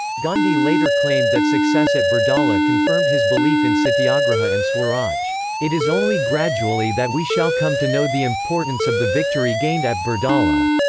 gandhi later claimed that success at bardoli confirmed his belief in satyagraha and swaraj it is only gradually that we shall come to know the importance of the victory gained at bardoli.